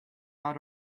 out